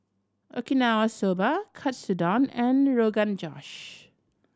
Okinawa Soba Katsudon and Rogan Josh